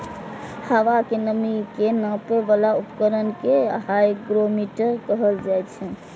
हवा के नमी के नापै बला उपकरण कें हाइग्रोमीटर कहल जाइ छै